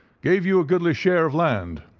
gave you a goodly share of land,